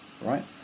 right